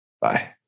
Bye